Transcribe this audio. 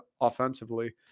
offensively